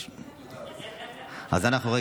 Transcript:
רגע,